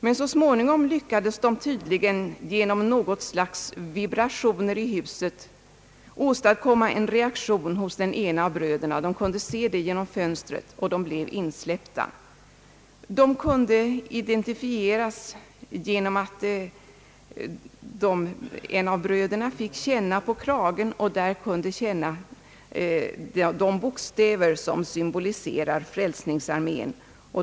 Men så småningom lyckades de, tydligen genom något slags vibrationer i huset, åstadkomma en reaktion hos den ena av bröderna — de kunde se det genom fönstret — och blev insläppta. De kunde identifieras genom att en av bröderna fick känna på kragen och de bokstäver som symboliserar frälsningsarmén.